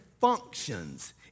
functions